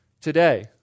today